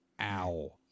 Ow